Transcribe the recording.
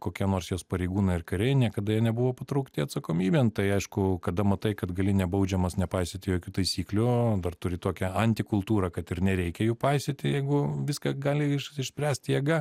kokie nors jos pareigūnai ar kariai niekada jie nebuvo patraukti atsakomybėn tai aišku kada matai kad gali nebaudžiamas nepaisyti jokių taisyklių dar turi tokią antikultūrą kad ir nereikia jų paisyti jeigu viską gali išspręst jėga